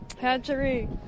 Hatchery